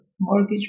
mortgage